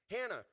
Hannah